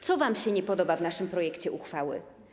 Co wam się nie podoba w naszym projekcie uchwały?